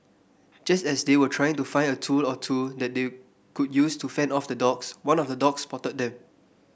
just as they were trying to find a tool or two that they could use to fend off the dogs one of the dogs spotted them